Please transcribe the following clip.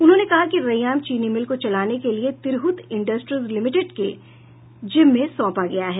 उन्होंने कहा कि रैयाम चीनी मिल को चलाने के लिए तिरहुत इंडस्ट्रीज लिमिटेड के जिम्मे सौंपा गया है